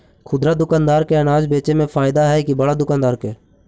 खुदरा दुकानदार के अनाज बेचे में फायदा हैं कि बड़ा दुकानदार के?